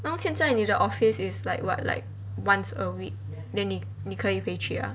now 现在你的 office is like what like once a week then 你你可以回去 ah